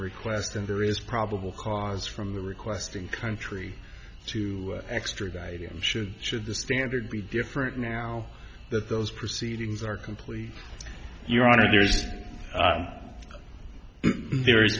request and there is probable cause from the requesting country to extradite him should should the standard be different now that those proceedings are complete your hon